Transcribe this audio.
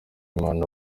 imana